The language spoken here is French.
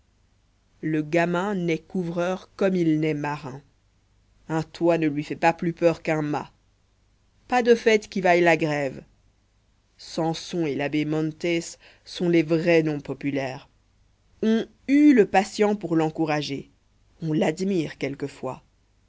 le gamin naît couvreur comme il naît marin un toit ne lui fait pas plus peur qu'un mât pas de fête qui vaille la grève samson et l'abbé montés sont les vrais noms populaires on hue le patient pour l'encourager on l'admire quelquefois